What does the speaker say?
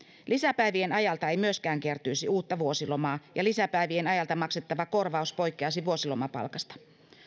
lisäpäivien ajalta ei myöskään kertyisi uutta vuosilomaa ja lisäpäivien ajalta maksettava korvaus poikkeaisi vuosilomapalkasta